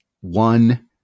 one